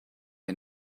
and